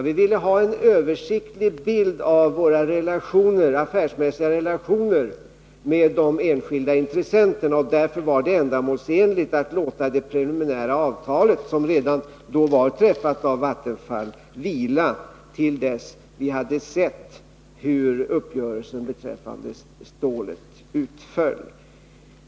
Vi ville ha en översiktlig bild av våra affärsmässiga relationer med de enskilda intressenterna, och därför var det ändamålsenligt att låta det preliminära avtal, som redan då var träffat av Vattenfall, vila till dess vi hade sett hur uppgörelsen beträffande stålet utföll.